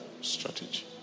strategy